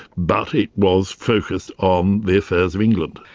but it was focused on the affairs of england.